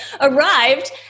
arrived